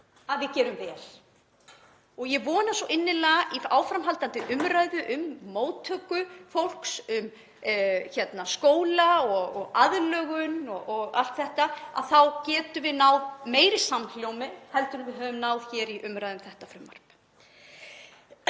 að við vinnum vel. Ég vona svo innilega í áframhaldandi umræðu um móttöku fólks, um skóla og aðlögun og allt þetta, að við getum náð meiri samhljómi en við höfum náð hér í umræðu um þetta frumvarp.